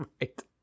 Right